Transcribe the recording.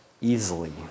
easily